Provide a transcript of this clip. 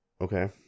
Okay